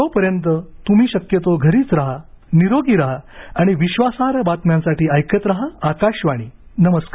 तोपर्यंत तुम्ही शक्यतो घरीच राहा निरोगी राहा आणि विश्वासार्ह बातम्यांसाठी ऐकत राहा आकाशवाणी नमस्कार